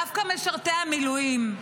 דווקא משרתי המילואים,